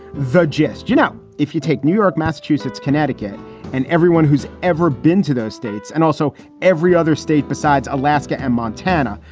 voges. you know, if you take new york, massachusetts, connecticut and everyone who's ever been to those states. and also every other state besides alaska and montana.